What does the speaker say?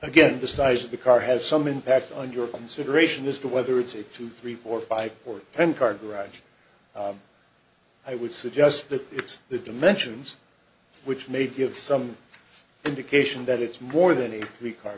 again the size of the car has some impact on your consideration as to whether it's a two three four five or ten car garage i would suggest that it's the dimensions which may give some indication that it's more than a